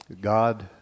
God